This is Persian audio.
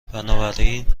بنابراین